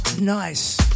Nice